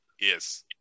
Yes